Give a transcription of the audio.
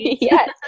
Yes